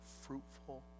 fruitful